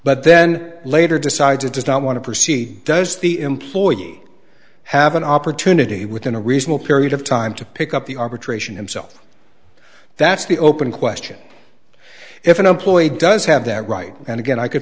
but then later decides it does not want to proceed does the employee have an opportunity within a reasonable period of time to pick up the arbitration himself that's the open question if an employee does have that right and again i could